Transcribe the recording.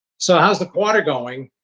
so, how is the quarter going?